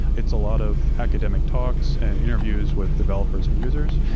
it's a lot of academic talks and interviews with developers and users.